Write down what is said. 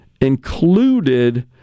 included